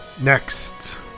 Next